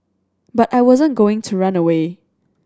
but I wasn't going to run away